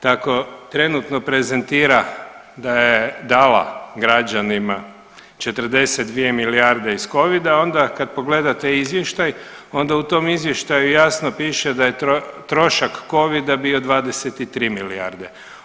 Tako trenutno prezentira da je dala građanima 42 iz Covida, onda kad pogledate izvještaj onda u tom izvještaju jasno piše da je trošak Covida bio 23 milijarde.